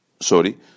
sorry